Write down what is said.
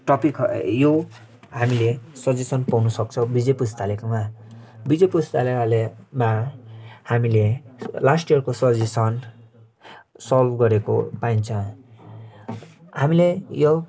topic यो हामीले suggestion पाउनु सक्छौँ विजय पुस्तकालयकोमा विजय पुस्तकालयमा हामीले लास्ट यियरको सजेसन सल्भ गरेको पाइन्छ हामीले यो